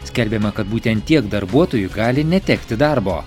skelbiama kad būtent tiek darbuotojų gali netekti darbo